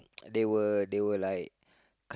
they were they were like